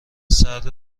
سرد